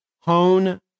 hone